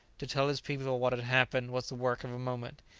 to tell his people what had happened was the work of a moment.